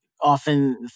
often